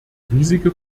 riesige